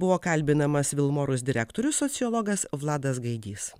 buvo kalbinamas vilmorus direktorius sociologas vladas gaidys